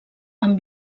amb